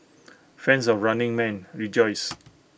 fans of running man rejoice